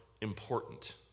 important